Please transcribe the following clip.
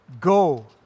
go